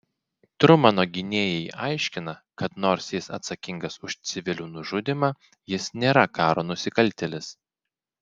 trumano gynėjai aiškina kad nors jis atsakingas už civilių nužudymą jis nėra karo nusikaltėlis